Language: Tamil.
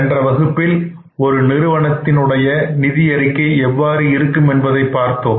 சென்ற வகுப்பில் ஒரு நிறுவனத்தின் உடைய நிதியறிக்கை எவ்வாறு இருக்கும் என்பதைப் பார்த்தோம்